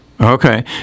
okay